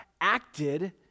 acted